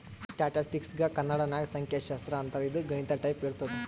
ಸ್ಟ್ಯಾಟಿಸ್ಟಿಕ್ಸ್ಗ ಕನ್ನಡ ನಾಗ್ ಸಂಖ್ಯಾಶಾಸ್ತ್ರ ಅಂತಾರ್ ಇದು ಗಣಿತ ಟೈಪೆ ಇರ್ತುದ್